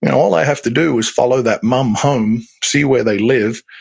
and all i have to do is follow that mom home, see where they live,